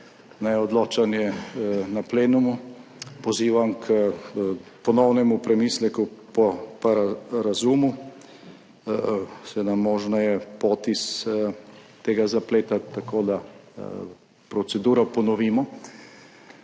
odločanje na plenumu, pozivam k ponovnemu premisleku pa razumu. Seveda, možna je pot iz tega zapleta tako, da proceduro ponovimo;